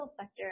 sector